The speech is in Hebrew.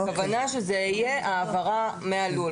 הכוונה שתהיה העברה מהלול.